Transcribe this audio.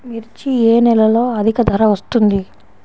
మిర్చి ఏ నెలలో అధిక ధర వస్తుంది?